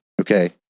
Okay